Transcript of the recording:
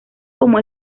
como